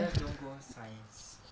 just don't go science